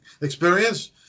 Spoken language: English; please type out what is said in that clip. experience